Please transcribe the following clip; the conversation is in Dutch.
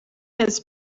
het